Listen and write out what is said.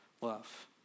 love